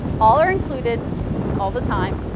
all are included all the time.